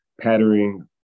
pattering